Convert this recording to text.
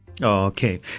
Okay